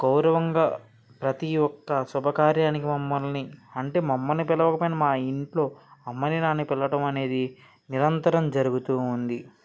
గౌరవంగా ప్రతి ఒక్క శుభకార్యానికి మమ్మల్ని అంటే మమ్మల్ని పిలవకపోయిన మా ఇంట్లో అమ్మని నాన్నని పిలవటం అనేది నిరంతరం జరుగుతూ ఉంది